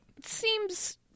seems